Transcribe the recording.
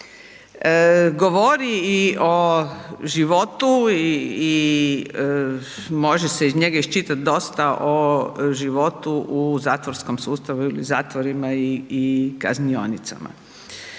Govori i o životu i može se iz njega iščitat dosta o životu u zatvorskom sustavu, zatvorima i kaznionicama.